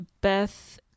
beth